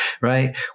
right